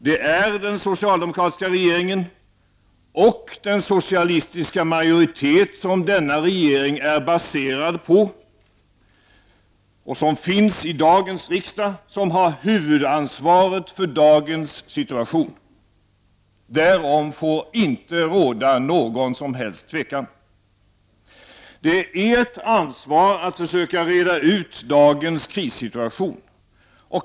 Det är den socialdemokratiska regeringen och den socialistiska majoritet som denna regering är baserad på och som finns i dagens riksdag som har huvudansvaret för dagens situation. Därom får det inte råda någon som helst tvekan. Det är ert ansvar att försöka reda ut dagens krissituation.